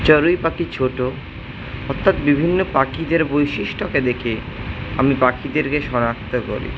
চড়ুই পাখি ছোট অর্থাৎ বিভিন্ন পাখিদের বৈশিষ্ট্যকে দেখে আমি পাখিদেরকে শনাক্ত করি